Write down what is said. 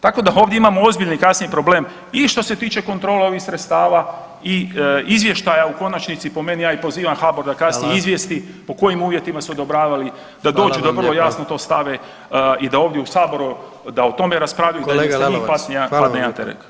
Tako da ovdje imamo ozbiljne i kasnije problem i što se tiče kontrole ovih sredstava i izvještaja u konačnici i po meni ja i pozivam HBOR da kasnije izvijesti po kojim uvjetima su odobravali da dođu [[Upadica predsjednik: Hvala vam lijepa.]] da vrlo jasno to stave i da ovdje u Saboru da o tome raspravi [[Upadica predsjednik: Kolega Lalovac, hvala vam.]] Zahvaljujem.